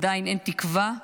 עדיין אין תקווה,